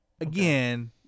Again